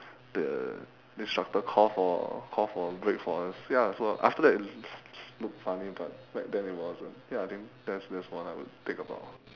the instructor call for call for break for us ya so after that look funny but back then it wasn't ya I think that's that's one I would think about